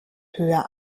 höher